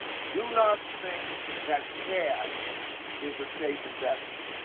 do not think that cash is a safe investment.